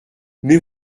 mais